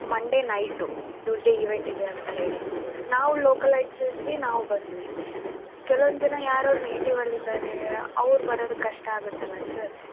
ಮಂಡೆ night ಟ್ಯೂಸ್ಡೇಗೆ event ಇದೆ ಅಂತ ಹೇಳಿ ನಾವು ಲೋಕಲೈಟ್ಸ್ ಇದ್ವಿ ನಾವು ಬಂದ್ವಿ ಕೆಲ್ವೊಂದು ಜನ ಯಾರು ಅವ್ರ ನೇಟಿವಲ್ಲಿ ಇದ್ದಾರೆ ಅವ್ರು ಬರೋದಕ್ಕೆ ಕಷ್ಟ ಆಗುತ್ತಲ ಸರ್